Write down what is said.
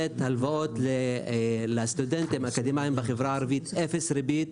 קרן כדי לתת הלוואות לסטודנטים האקדמאיים בחברה הערבית אפס ריבית.